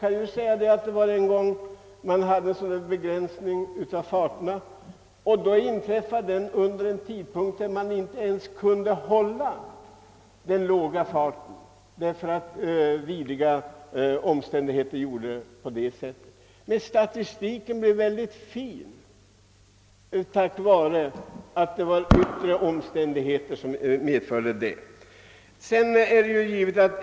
Vid ett tillfälle då vi hade fartbegränsning kunde man på grund av vidriga omständigheter inte ens hålla de låga maximifarter som föreskrevs, och på grund härav fick vi en mycket fin statistik för den perioden.